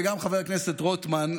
וגם חבר הכנסת רוטמן,